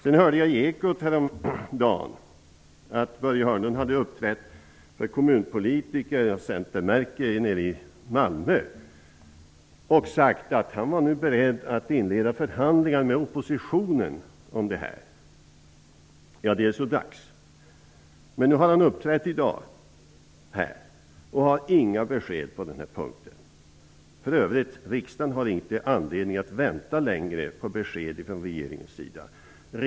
Jag hörde i Ekot häromdagen att Börje Hörnlund hade uppträtt för kommunpolitiker av centermärke nere i Malmö och sagt att han nu var beredd att inleda förhandlingar med oppositionen om detta. Det är så dags! Börje Hörnlund har uppträtt i kammaren i dag, men han har inte givit några besked på den punkten. Riksdagen har för övrigt ingen anledning att vänta på besked från regeringens sida längre.